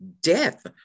death